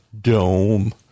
dome